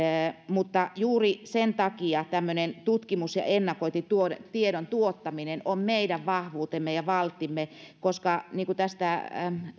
mutta juuri sen takia tämmöinen tutkimus ja ennakointitiedon tuottaminen on meidän vahvuutemme ja valttimme koska niin kuin tästä